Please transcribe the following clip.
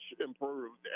improved